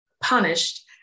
punished